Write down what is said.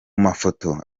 mafoto